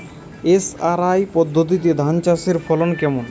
SRI পদ্ধতি ধান চাষের ফলন কেমন?